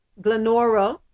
Glenora